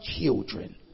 children